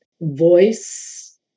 voice